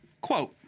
Quote